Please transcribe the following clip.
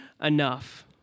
enough